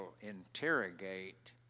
interrogate